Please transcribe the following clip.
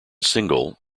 single